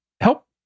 help